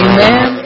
Amen